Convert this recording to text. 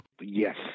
Yes